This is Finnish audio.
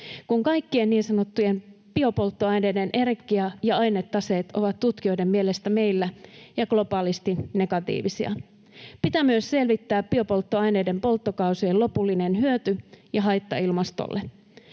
kun kaikkien niin sanottujen biopolttoaineiden energia- ja ainetaseet ovat tutkijoiden mielestä meillä ja globaalisti negatiivisia. Pitää myös selvittää biopolttoaineiden polttokaasujen lopullinen hyöty ja haitta ilmastolle.